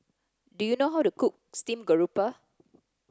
Do you know how to cook steamed grouper